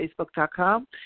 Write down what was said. Facebook.com